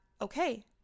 okay